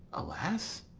alas,